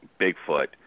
Bigfoot